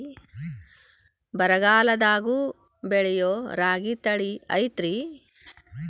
ಬರಗಾಲದಾಗೂ ಬೆಳಿಯೋ ರಾಗಿ ತಳಿ ಐತ್ರಿ?